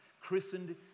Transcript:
christened